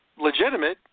legitimate